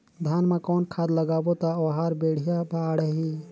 धान मा कौन खाद लगाबो ता ओहार बेडिया बाणही?